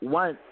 one